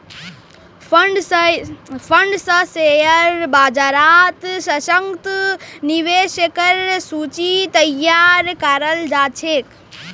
fund स share बाजारत सशक्त निवेशकेर सूची तैयार कराल जा छेक